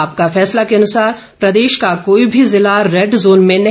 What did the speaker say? आपका फैसला के अनुसार प्रदेश का कोई भी जिला रेड जोन में नहीं